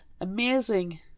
amazing